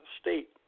state